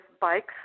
bikes